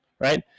right